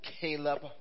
Caleb